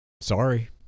Sorry